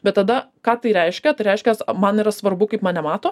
bet tada ką tai reiškia tai reiškias man yra svarbu kaip mane mato